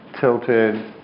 tilted